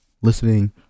listening